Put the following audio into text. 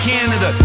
Canada